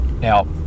Now